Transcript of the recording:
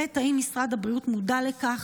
2. האם משרד הבריאות מודע לכך?